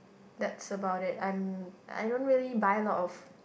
that's about it I'm I don't really buy a lot of